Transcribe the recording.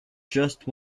just